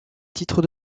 titres